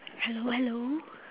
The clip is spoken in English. hello hello